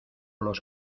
los